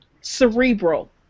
cerebral